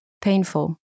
painful